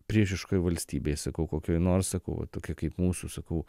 priešiškoj valstybėj sakau kokioj nors sakau va tokia kaip mūsų sakau